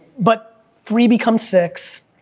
but three become six,